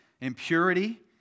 impurity